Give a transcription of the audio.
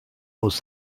was